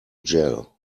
jell